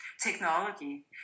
technology